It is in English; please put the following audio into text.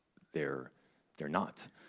they're they're not,